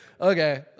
okay